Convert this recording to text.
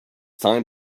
time